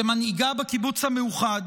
כמנהיגה בקיבוץ המאוחד